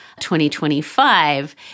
2025